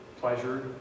pleasure